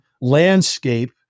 landscape